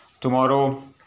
tomorrow